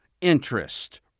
interest